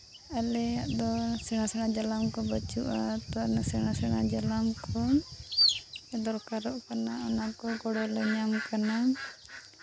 ᱟᱞᱮᱭᱟᱜ ᱫᱚ ᱥᱮᱬᱟ ᱥᱮᱬᱟ ᱡᱟᱞᱟᱢ ᱠᱚ ᱵᱟᱹᱪᱩᱜᱼᱟ ᱛᱳ ᱚᱱᱟ ᱥᱮᱬᱟ ᱥᱮᱬᱟ ᱡᱟᱞᱟᱢ ᱠᱚ ᱫᱚᱨᱠᱟᱨᱚᱜ ᱠᱟᱱᱟ ᱚᱱᱟ ᱠᱚ ᱜᱚᱲᱚ ᱞᱮ ᱧᱟᱢ ᱠᱟᱱᱟ